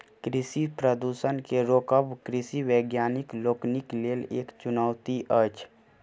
कृषि प्रदूषण के रोकब कृषि वैज्ञानिक लोकनिक लेल एक चुनौती अछि